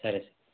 సరే